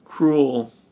cruel